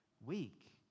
weak